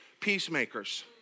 peacemakers